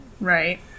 Right